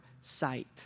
sight